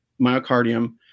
myocardium